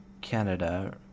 Canada